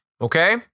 Okay